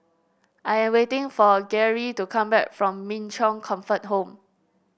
I am waiting for Geary to come back from Min Chong Comfort Home